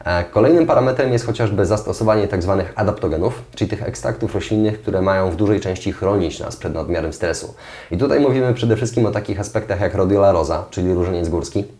A kolejnym parametrem jest chociażby zastosowanie tak zwanych adaptogenów, czyli tych ekstraktów roślinnych, które mają w dużej części chronić nas przed nadmiarem stresu. I tutaj mówimy przede wszystkim o takich aspektach jak Rhodiola rosea, czyli różeniec górski.